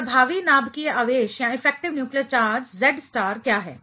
तो प्रभावी नाभिकीय आवेश effective nuclear charge Z star क्या है